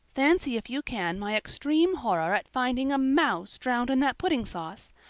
fancy if you can my extreme horror at finding a mouse drowned in that pudding sauce!